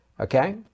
Okay